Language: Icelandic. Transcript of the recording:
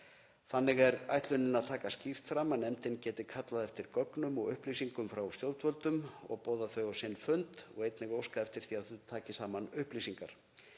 Þannig er ætlunin að taka skýrt fram að nefndin geti kallað eftir gögnum og upplýsingum frá stjórnvöldum og boðað þau á sinn fund og einnig óskað eftir því að þau taki saman upplýsingar.